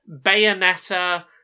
Bayonetta